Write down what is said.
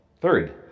Third